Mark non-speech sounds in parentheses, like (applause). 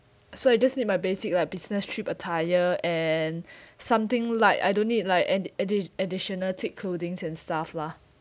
so I just need my basic lah business trip attire and (breath) something like I don't need like add~ addi~ additional thick clothing's and stuff lah